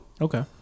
Okay